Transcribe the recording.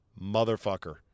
motherfucker